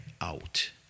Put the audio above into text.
out